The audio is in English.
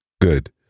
good